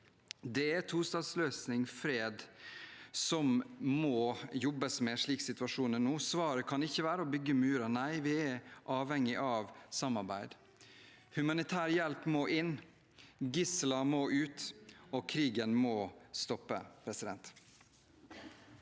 Det er tostatsløsning og fred som må jobbes for, slik situasjonen er nå. Nei, svaret kan ikke være å bygge murer, vi er avhengig av samarbeid. Humanitær hjelp må inn, gisler må ut, og krigen må stoppe. Presidenten